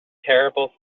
terrible